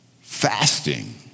fasting